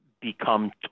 become